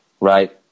Right